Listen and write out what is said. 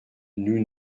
nous